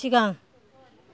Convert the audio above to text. सिगां